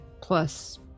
plus